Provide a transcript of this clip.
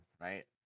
Right